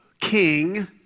king